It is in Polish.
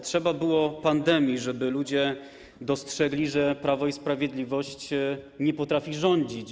Trzeba było pandemii, żeby ludzie dostrzegli, że Prawo i Sprawiedliwość nie potrafi rządzić.